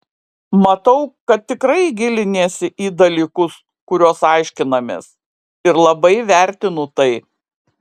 matau kad tikrai giliniesi į dalykus kuriuos aiškinamės ir labai vertinu tai